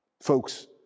Folks